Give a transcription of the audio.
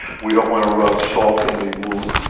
we don't want to rub salt in the wound.